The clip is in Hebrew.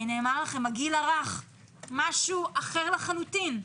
נאמר לכם שהגיל הרך הוא משהו אחר לחלוטין,